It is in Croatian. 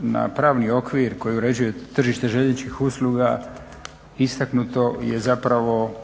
na pravni okvir koji uređuje tržište željezničkih usluga istaknuto je ali